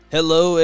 Hello